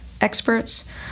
experts